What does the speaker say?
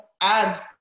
add